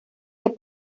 que